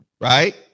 right